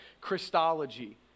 Christology